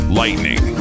lightning